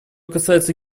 касается